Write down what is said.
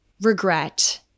regret